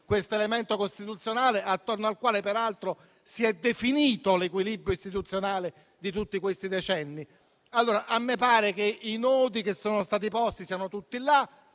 questo elemento costituzionale, attorno al quale peraltro si è definito l'equilibrio istituzionale di tutti questi decenni? A me pare che i nodi che sono stati posti siano tutti